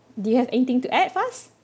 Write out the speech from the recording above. do you have anything to add Faz